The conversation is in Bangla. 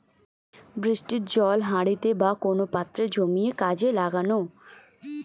বৃষ্টির জল হাঁড়িতে বা কোন পাত্রে জমিয়ে কাজে লাগানো